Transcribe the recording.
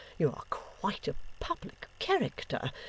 you are quite a public character,